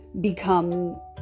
become